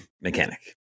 mechanic